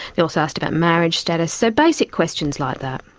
they also asked about marriage status, so basic questions like that.